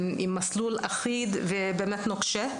עם מסלול אחיד ונוקשה,